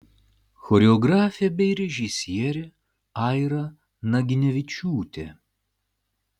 choreografė bei režisierė aira naginevičiūtė